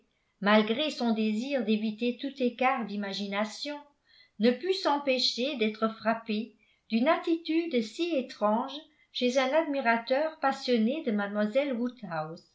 malgré son désir d'éviter tout écart d'imagination ne put s'empêcher d'être frappé d'une attitude si étrange chez un admirateur passionné de